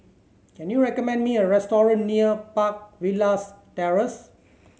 can you recommend me a restaurant near Park Villas Terrace